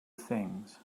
things